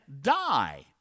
die